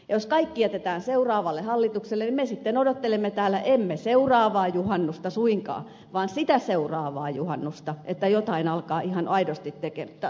jos kaikki jätetään seuraavalle hallitukselle niin me sitten odottelemme täällä emme seuraavaa juhannusta suinkaan vaan sitä seuraavaa juhannusta että jotain alkaa ihan aidosti tapahtua